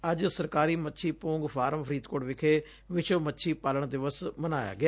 ਅੱਜ ਸਰਕਾਰੀ ਮੱਛੀ ਪੁੰਗ ਫਾਰਮ ਫਰੀਦਕੋਟ ਵਿਖੇ ਵਿਸਵ ਮੱਛੀ ਪਾਲਣ ਦਿਵਸ ਮਨਾਇਆ ਗਿਆ